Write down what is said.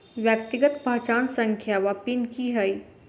व्यक्तिगत पहचान संख्या वा पिन की है?